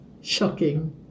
shocking